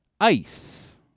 Ice